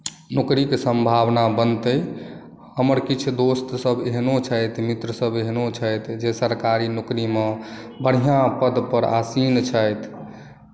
नौकरीके सम्भवना बनतै हमर किछु दोस्त सभ एहनो छथि मित्र सभ एहनो छथि जे सरकारी नौकरीमे बढ़ियाँ पद पर आसीन छथि